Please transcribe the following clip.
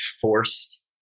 forced